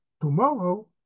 Tomorrow